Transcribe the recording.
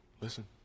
Listen